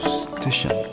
station